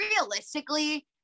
realistically